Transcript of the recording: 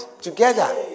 together